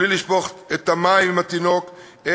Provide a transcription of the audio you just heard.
בלי לשפוך את התינוק עם המים,